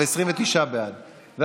התקנות האלה טובות,